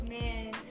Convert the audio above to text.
man